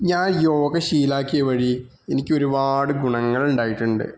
ഞാൻ യോഗ ശീലമാക്കിയ വഴി എനിക്കൊരുപാട് ഗുണങ്ങൾ ഉണ്ടായിട്ടുണ്ട്